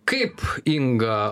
kaip inga